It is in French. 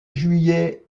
juillet